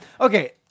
Okay